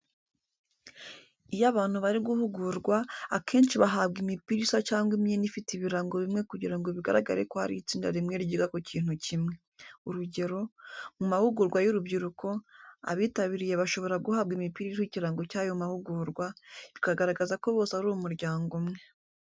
Iyo abantu bari guhugurwa, akenshi bahabwa imipira isa cyangwa imyenda ifite ibirango bimwe kugira ngo bigaragare ko ari itsinda rimwe ryiga ku kintu kimwe. Urugero, mu mahugurwa y'urubyiruko, abitabiriye bashobora guhabwa imipira iriho ikirango cy'ayo mahugurwa, bikagaragaza ko bose ari umuryango umwe.